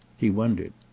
he wondered.